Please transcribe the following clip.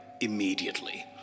immediately